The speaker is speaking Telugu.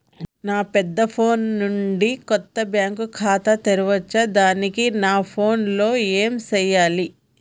నా పెద్ద ఫోన్ నుండి కొత్త బ్యాంక్ ఖాతా తెరవచ్చా? దానికి నా ఫోన్ లో ఏం చేయాలి?